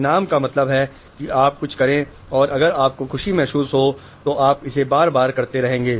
इनाम का मतलब है कि आप कुछ करें और अगर आपको खुशी महसूस हो तो आप इसे बार बार करते रहेंगे